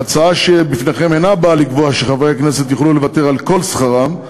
ההצעה שבפניכם אינה באה לקבוע שחברי הכנסת יוכלו לוותר על כל שכרם,